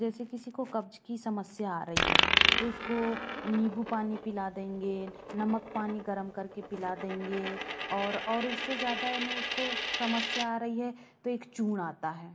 जैसे किसी को कब्ज़ की समस्या आ रही है तो उसको नींबू पानी पिला देंगे नमक पानी गर्म करके पिला देंगे और और इससे ज़्यादा याने उसको समस्या आ रही है तो एक चूर्ण आता है